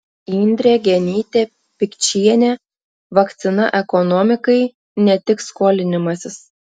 indrė genytė pikčienė vakcina ekonomikai ne tik skolinimasis